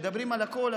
מדברים על הכול,